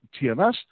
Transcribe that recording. TMS